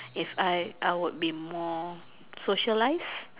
if I I would be more socialize